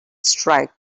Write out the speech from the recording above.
strike